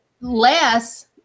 less